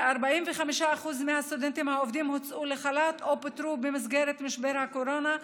כ-45% מהסטודנטים העובדים הוצאו לחל"ת או פוטרו במסגרת משבר הקורונה,